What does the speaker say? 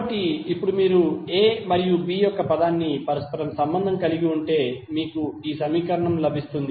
కాబట్టి ఇప్పుడు మీరు A మరియు B యొక్క పదాన్ని పరస్పరం సంబంధాన్ని కలిగి ఉంటే మీకు ఈ సమీకరణం లభిస్తుంది